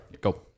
Go